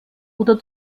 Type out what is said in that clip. oder